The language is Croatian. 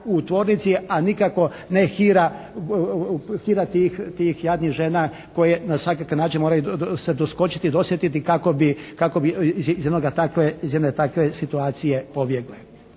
u tvornici a nikako ne hira, hira tih jadnih žena koje na svakakve načine moraju se doskočiti, dosjetiti kako bi iz jednoga takve, iz jedne